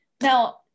Now